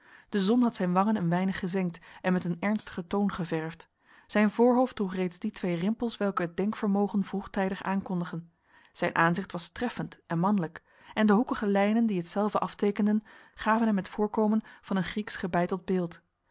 de zon had zijn wangen een weinig gezengd en met een ernstige toon geverfd zijn voorhoofd droeg reeds die twee rimpels welke het denkvermogen vroegtijdig aankondigen zijn aanzicht was treffend en manlijk en de hoekige lijnen die hetzelve aftekenden gaven hem het voorkomen van een grieks gebeiteld beeld